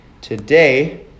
Today